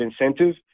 incentive